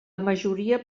majoria